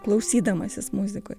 klausydamasis muzikoj